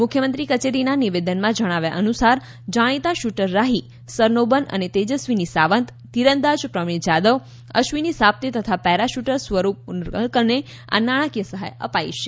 મુખ્યમંત્રી કચેરીના નિવેદનમાં જણાવ્યા અનુસાર જાણીતા શૂટર રાહી સરનોબન અને તેજસ્વીની સાવંત તીરંદાજ પ્રવિણ જાદવ અશ્વિની સાબતે તથા પેરા શૂટર સ્વરૂપ ઉનલકરને આ નાણાકીય સહાય અપાઈ છે